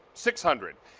six hundred.